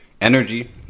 energy